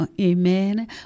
amen